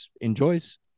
enjoys